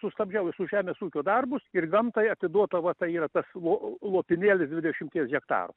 sustabdžiau visus žemės ūkio darbus ir gamtai atiduota va tai yra tas lopinėlis dvidešimties hektarų